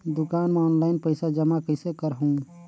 दुकान म ऑनलाइन पइसा जमा कइसे करहु?